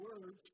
words